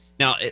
Now